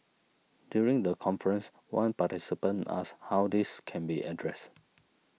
during the conference one participant asked how this can be addressed